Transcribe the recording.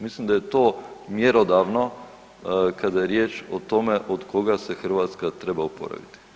Mislim da je to mjerodavno kada je riječ o tome od koga se Hrvatska treba oporaviti.